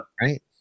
Right